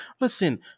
listen